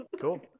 Cool